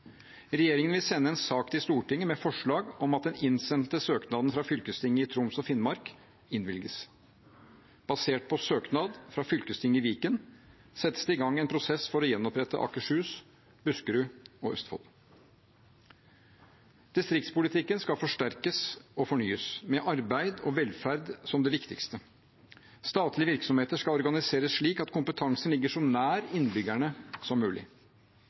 Regjeringen vil sende en sak til Stortinget med forslag om at den innsendte søknaden fra fylkestinget i Troms og Finnmark innvilges. Basert på søknad fra fylkestinget i Viken settes det i gang en prosess for å gjenopprette Akershus, Buskerud og Østfold. Distriktspolitikken skal forsterkes og fornyes, med arbeid og velferd som det viktigste. Statlige virksomheter skal organiseres slik at kompetansen ligger så nær innbyggerne som mulig.